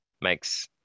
makes